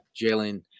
Jalen